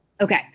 Okay